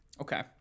okay